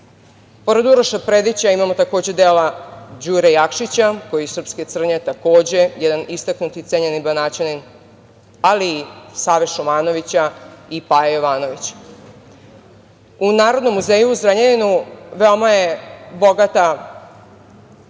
Pored Uroša Predića imamo takođe dela Đure Jakšića, koji je iz Srpske Crnje, takođe jedan istaknuti cenjeni Banaćanin, ali i Save Šumanovića i Paje Jovanovića.U Narodnom muzeju u Zrenjaninu veoma su bogata